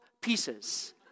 pieces